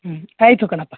ಹ್ಞೂ ಆಯಿತು ಕಣಪ್ಪ